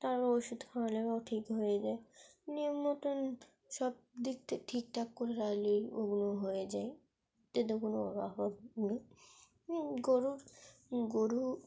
তার ওষুধ খাওয়ালে ও ঠিক হয়ে যায় নিয়ম মতন সব দিক থেকে ঠিকঠাক করে রাখলে ওগুলো হয়ে যায় যাদের কোনো অভাব নেই গরুর গরু